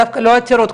דווקא לא עתירות,